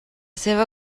seva